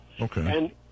Okay